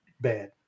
bad